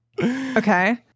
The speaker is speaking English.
Okay